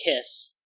kiss